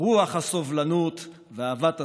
רוח הסובלנות ואהבת הזולת.